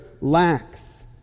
lacks